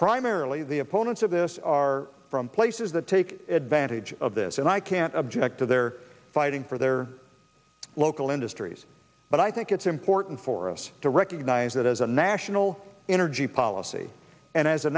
primarily the opponents of this are places that take advantage of this and i can't object to their fighting for their local industries but i think it's important for us to recognize that is a national energy policy and as a